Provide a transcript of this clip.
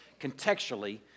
Contextually